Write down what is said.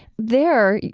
there,